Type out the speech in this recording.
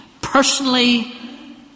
personally